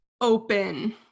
Open